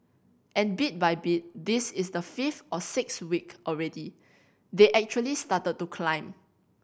and bit by bit this is the fifth or sixth week already they actually started to climb